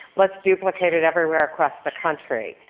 let's duplicate it everywhere across the country.